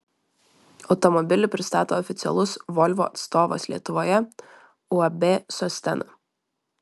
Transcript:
automobilį pristato oficialus volvo atstovas lietuvoje uab sostena